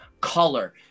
color